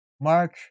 Mark